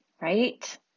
right